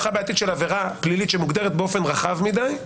עבירה פלילית שמוגדרת באופן רחב מדי?